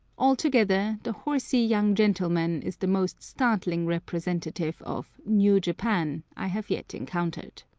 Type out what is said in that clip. altogether the horsey young gentleman is the most startling representative of new japan i have yet encountered.